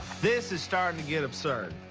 this is starting to get absurd.